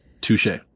Touche